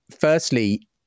Firstly